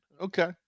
okay